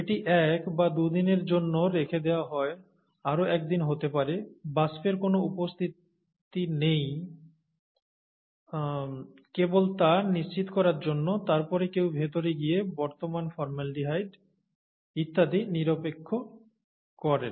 এটি এক বা দুদিনের জন্য রেখে দেওয়া হয় আরও একদিন হতে পারে বাষ্পের কোনও উপস্থিত নেই কেবল তা নিশ্চিত করার জন্য তারপরে কেউ ভেতরে গিয়ে বর্তমান ফর্মালডিহাইড ইত্যাদি নিরপেক্ষ করেন